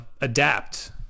adapt